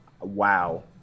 wow